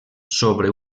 sobre